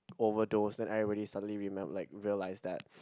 overdosed then everybody suddenly remem~ like realised that